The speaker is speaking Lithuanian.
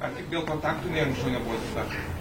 ar tik dėl kontaktų niekas nebuvo atlikta